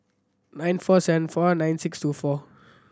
nine four seven four nine six two four